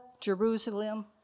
Jerusalem